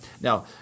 Now